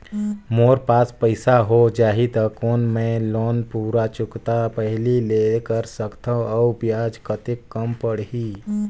मोर पास पईसा हो जाही त कौन मैं लोन पूरा चुकता पहली ले कर सकथव अउ ब्याज कतेक कम पड़ही?